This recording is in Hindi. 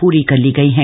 पूरी कर ली गई हैं